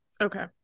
Okay